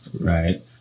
Right